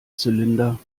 zylinder